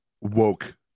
woke